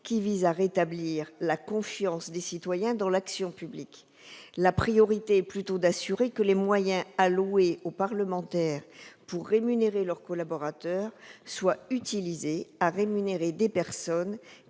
du texte : rétablir la confiance des citoyens dans l'action publique. La priorité est plutôt de s'assurer que les moyens alloués aux parlementaires pour rémunérer leurs collaborateurs soient utilisés à rémunérer des personnes